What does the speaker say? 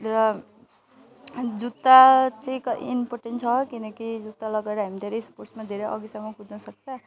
र जुत्ता चाहिँ क इम्पोर्टेन्ट छ किनकि जुत्ता लगाएर हामी धेरै स्पोर्ट्समा धेरै अघिसम्म कुद्नसक्छ